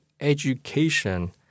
education